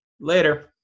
later